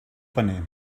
paner